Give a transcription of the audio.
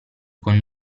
con